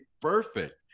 perfect